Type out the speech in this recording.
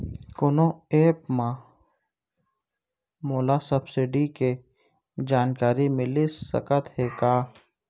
कोनो एप मा मोला सब्सिडी के जानकारी मिलिस सकत हे का?